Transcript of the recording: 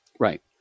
right